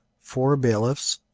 four bailiffs,